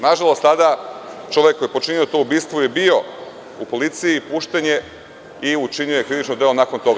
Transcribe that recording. Na žalost, tada čovek koji je počinio to ubistvo, bio je u policiji, pušten je i učinio je krivično delo nakon toga.